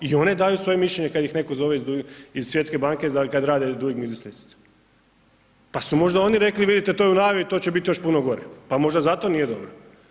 I one daju svoje mišljenje kada ih netko zove iz Svjetske banke kada rade doing business ljestvicu pa su možda oni rekli vidite to je u najavi, to će biti još puno gore, pa možda zato nije dobro.